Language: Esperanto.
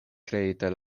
kreita